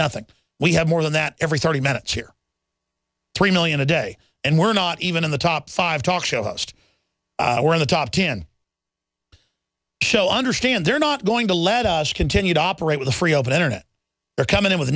nothing we have more than that every thirty minutes here three million a day and we're not even in the top five talk show host we're in the top ten understand they're not going to let us continue to operate with a free open internet they're coming in with a